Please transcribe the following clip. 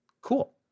Cool